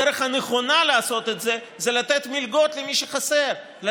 הדרך הנכונה לעשות את זה היא לתת מלגות למי שחסר לו,